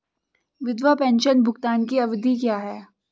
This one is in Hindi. विधवा पेंशन भुगतान की अवधि क्या है?